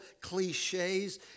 cliches